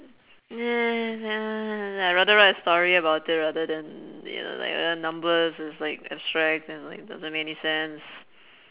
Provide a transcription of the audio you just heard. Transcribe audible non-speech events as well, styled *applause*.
nah *noise* I rather write a story about it rather than you know like uh numbers it's like abstract and it's like doesn't make any sense